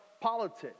politics